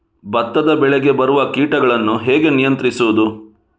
ಭತ್ತದ ಬೆಳೆಗೆ ಬರುವ ಕೀಟಗಳನ್ನು ಹೇಗೆ ನಿಯಂತ್ರಿಸಬಹುದು?